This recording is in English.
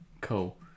cool